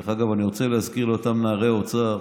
אני רוצה להזכיר לאותם נערי אוצר: